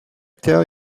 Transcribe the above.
tell